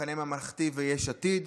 מחנה ממלכתי ויש עתיד,